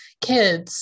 kids